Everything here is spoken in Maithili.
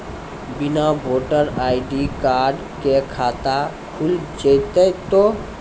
बिना वोटर आई.डी कार्ड के खाता खुल जैते तो?